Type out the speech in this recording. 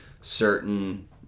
certain